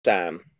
Sam